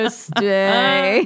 stay